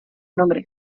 nombre